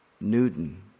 Newton